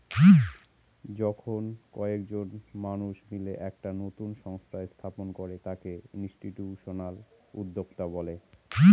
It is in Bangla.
যখন কয়েকজন মানুষ মিলে একটা নতুন সংস্থা স্থাপন করে তাকে ইনস্টিটিউশনাল উদ্যোক্তা বলে